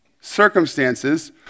circumstances